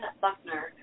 Buckner